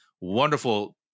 wonderful